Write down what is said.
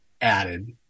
added